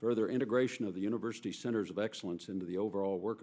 further integration of the university centers of excellence into the overall work